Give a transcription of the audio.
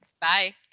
Bye